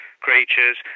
creatures